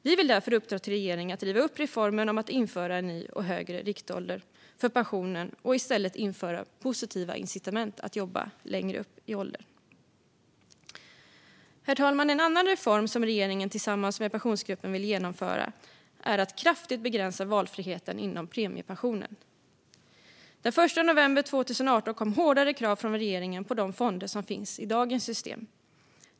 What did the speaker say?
Vi vill därför uppdra till regeringen att riva upp reformen om att införa en ny och högre riktålder för pensionen och i stället införa positiva incitament för att jobba längre upp i åldern. Herr talman! En annan reform som regeringen tillsammans med Pensionsgruppen vill genomföra är att kraftigt begränsa valfriheten inom premiepensionen. Den 1 november 2018 kom hårdare krav från regeringen på de fonder som finns i dagens system.